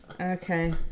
Okay